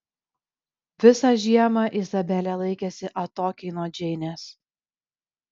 visą žiemą izabelė laikėsi atokiai nuo džeinės